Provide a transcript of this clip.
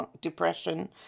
Depression